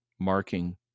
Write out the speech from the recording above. marking